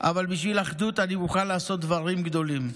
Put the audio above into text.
אבל בשביל אחדות אני מוכן לעשות דברים גדולים.